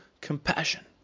compassion